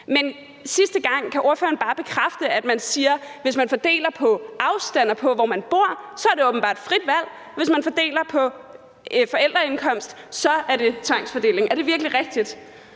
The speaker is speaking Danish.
jeg spørge: Kan ordføreren bare bekræfte, at man siger, at hvis man fordeler på baggrund af afstand og på baggrund af, hvor man bor, er det åbenbart frit valg, men hvis man fordeler på baggrund af forældreindkomst, er det tvangsfordeling? Er det virkelig rigtigt?